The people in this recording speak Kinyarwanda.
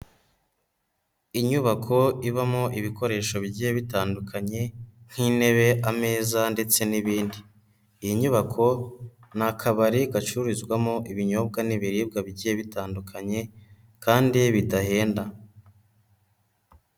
Inyubako ibamo ibikoresho bigiye bitandukanye nk'intebe, ameza ndetse n'ibindi, iyi nyubako n'akabari gacururizwamo ibinyobwa n'ibiribwa bigiye bitandukanye kandi bidahenda.